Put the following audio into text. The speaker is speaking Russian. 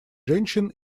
женщин